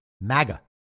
MAGA